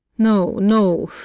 no, no,